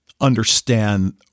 understand